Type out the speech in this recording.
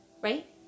Right